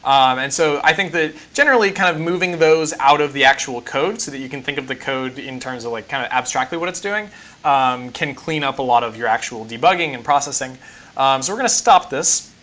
um and so i think that, generally, kind of moving those out of the actual code so that you can think of the code in terms like kind of abstractly what it's doing can clean up a lot of your actual debugging and processing. um so we're going to stop this,